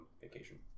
vacation